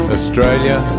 Australia